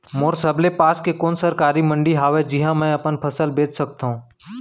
मोर सबले पास के कोन सरकारी मंडी हावे जिहां मैं अपन फसल बेच सकथव?